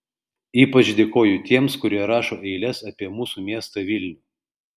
ypač dėkoju tiems kurie rašo eiles apie mūsų miestą vilnių